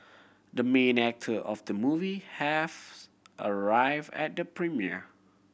the main actor of the movie have arrive at the premiere